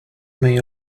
may